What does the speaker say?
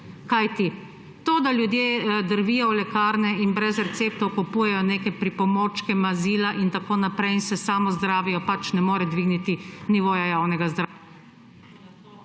Kajti to, da ljudje drvijo v lekarne in brez receptov kupujejo neke pripomočke, mazila in tako naprej in se samozdravijo, pač ne more dvigniti nivoja javnega zdravja